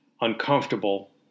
uncomfortable